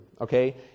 Okay